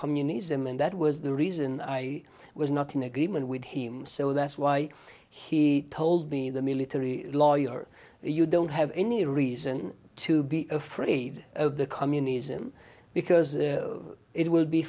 communism and that was the reason i was not in agreement with him so that's why he told me the military lawyer you don't have any reason to be afraid of the communism because it will be